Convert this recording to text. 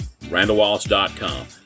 RandallWallace.com